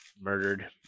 murdered